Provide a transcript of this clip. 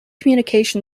communication